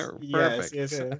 yes